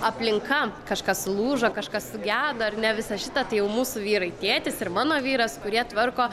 aplinka kažkas sulūžo kažkas sugedo ar ne visą šitą tai jau mūsų vyrai tėtis ir mano vyras kurie tvarko